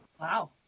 Wow